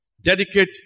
Dedicate